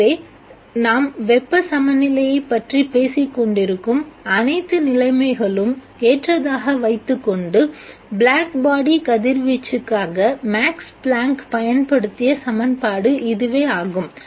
எனவே நாம் வெப்பச் சமநிலையைப் பற்றி பேசிக் கொண்டிருக்கும் அனைத்து நிலைமைகளும் ஏற்றதாக வைத்துக்கொண்டு ப்ளாக் பாடி கதிர்வீச்சுக்காக மேக்ஸ் பிளாங்க் பயன்படுத்திய சமன்பாடு இதுவே ஆகும்